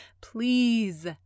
please